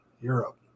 europe